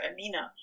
Amina